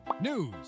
news